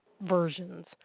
versions